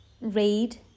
read